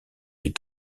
est